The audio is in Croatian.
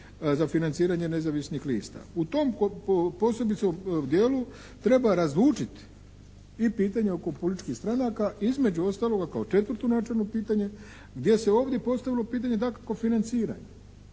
za financiranje nezavisnih lista. U tom posebice dijelu treba razlučiti i pitanje oko političkih stranaka između ostaloga kao četvrto načelno pitanje gdje se ovdje postavilo pitanje dakako financiranja.